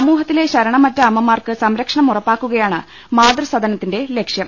സമൂഹത്തിലെ ശരണമറ്റ അമ്മമാർക്ക് സംരക്ഷണം ഉറപ്പാക്കുകയാണ് മാതൃസദനത്തിന്റെ ലക്ഷ്യം